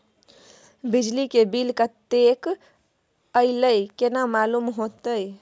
बिजली के बिल कतेक अयले केना मालूम होते?